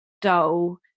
dull